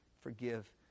Forgive